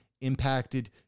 impacted